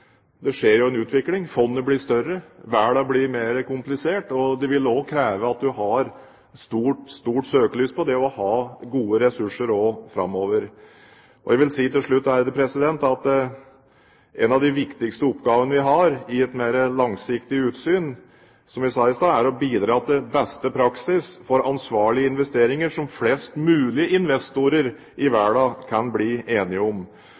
det skjer en utvikling, fondet blir større, verden blir mer komplisert. Det vil kreve at man har stort søkelys på det å ha gode ressurser også framover. Jeg vil til slutt si at en av de viktigste oppgavene vi har i et mer langsiktig utsyn – som jeg sa i stad – er å bidra til beste praksis for ansvarlige investeringer som flest mulig investorer i verden kan bli enige om.